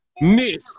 Nick